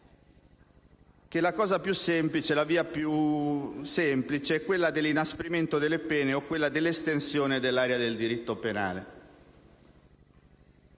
sociale sia quella dell'inasprimento delle pene o quella dell'estensione dell'area del diritto penale.